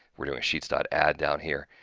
we're doing sheets dot add down here,